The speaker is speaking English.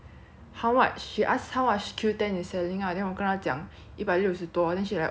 how much she asked how much Qoo ten is selling lah then 我跟她讲一百六十多 then she's like oh